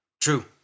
True